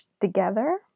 together